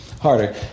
harder